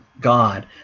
God